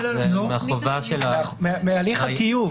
מהליך הטיוב.